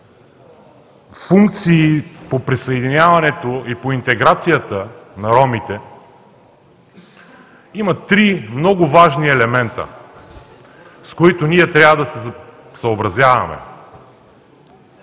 функции по присъединяването и по интеграцията на ромите има три много важни елемента, с които ние трябва да се съобразяваме.